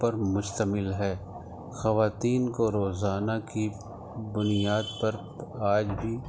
پر مشتمل ہے خواتین کو روزانہ کی بنیاد پر آج بھی